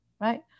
right